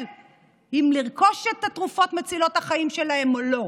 זה אם לרכוש את התרופות מצילות החיים שלהן או לא.